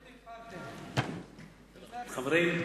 חברים,